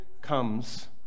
comes